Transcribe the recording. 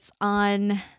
on